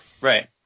Right